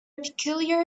peculiar